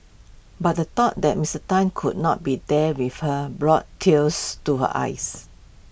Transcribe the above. but the thought that Mister Tan could not be there with her brought tears to her eyes